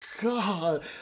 God